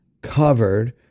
covered